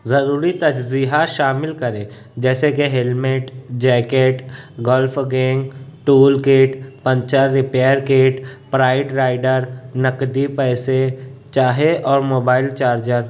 ضروری تجہیزات شامل کریں جیسے کہ ہیلمیٹ جیکیٹ گولف گینگ tool kit puncture repair kit پرائٹ رائڈر نقدی پیسے چاہے اور موبائل چارجر